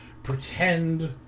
pretend